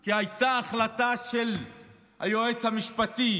כי הייתה החלטה של היועץ המשפטי